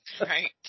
Right